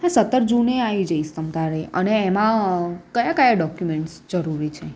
હા સત્તર જૂને આવી જઈશ તમે ત્યારે અને એમાં કયા કયા ડોક્યુમેન્ટ્સ જરૂરી છે